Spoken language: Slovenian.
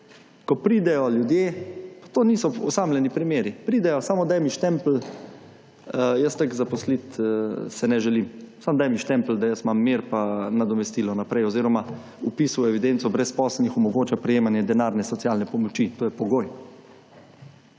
ko pridejo ljudje, to niso osamljeni primeri, pridejo, samo daj mi štempelj, jaz tako zaposlit se ne želim, samo daj mi štempelj, da jaz imam mir, pa nadomestilo naprej oziroma vpis v evidenco brezposelnih omogoča prejemanje denarne socialne pomoči, to je pogoj.